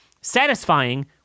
satisfying